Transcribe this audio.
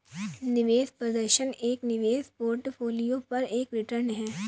निवेश प्रदर्शन एक निवेश पोर्टफोलियो पर एक रिटर्न है